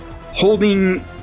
holding